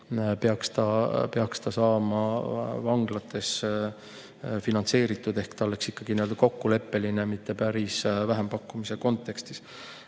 saama ka vanglates finantseeritud ehk see oleks ikkagi kokkuleppeline, mitte päris vähempakkumise kontekstis.